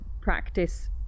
practice